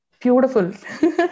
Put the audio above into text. Beautiful